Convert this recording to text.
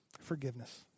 Forgiveness